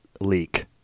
leak